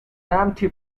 empty